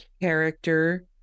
character